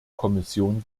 kommission